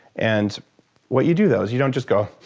and what you do, though, is you don't just go,